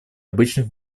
обычных